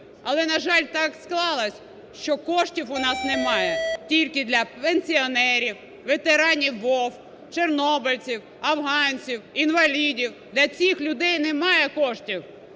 Але, на жаль, так склалось, що коштів у нас немає тільки для пенсіонерів, ветеранів ВОВ, чорнобильців, афганців, інвалідів. Для цих людей немає коштів.